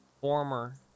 Former